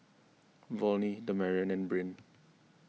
Volney Damarion and Brynn